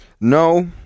No